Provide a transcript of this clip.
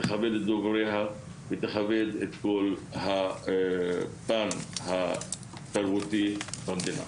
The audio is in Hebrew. תכבד את דובריה ותכבד את כל הפן התרבותי במדינה.